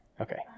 Okay